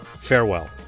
farewell